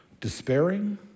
despairing